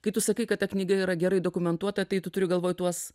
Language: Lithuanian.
kai tu sakai kad ta knyga yra gerai dokumentuota tai tu turi galvoj tuos